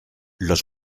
los